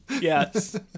yes